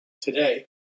today